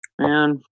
Man